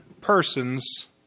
persons